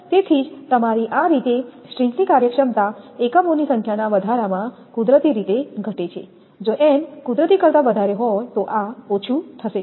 તેથી જ તમારી આ રીતે સ્ટ્રિંગની કાર્યક્ષમતા એકમોની સંખ્યાના વધારામાં કુદરતી રીતે ઘટે છે જો n કુદરતી કરતાં વધારે હોય તો આ ઓછું થશે